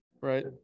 Right